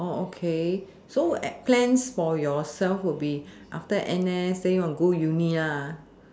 okay so plans for yourself will be after N_S then you want go uni